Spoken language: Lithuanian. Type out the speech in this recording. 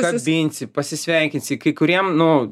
kabinsi pasisveikinsi kai kuriem nu